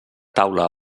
taula